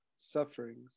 Sufferings